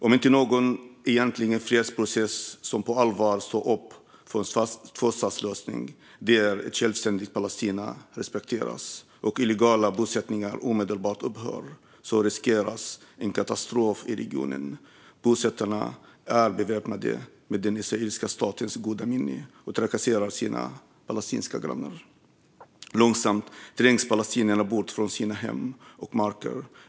Om inte en fredsprocess som på allvar står upp för en tvåstatslösning där ett självständigt Palestina respekteras och illegala bosättningar omedelbart upphör riskeras en katastrof i regionen. Bosättarna är beväpnade med den israeliska statens goda minne och trakasserar sina palestinska grannar. Långsamt trängs palestinierna bort från sina hem och marker.